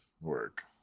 work